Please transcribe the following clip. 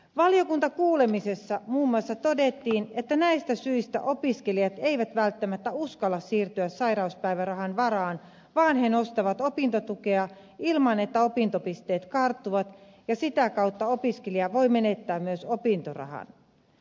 valiokuntakuulemisessa todettiin muun muassa että näistä syistä opiskelijat eivät välttämättä uskalla siirtyä sairauspäivärahan varaan vaan he nostavat opintotukea ilman että opintopisteet karttuvat ja sitä kautta opiskelija voi menettää myös opintorahan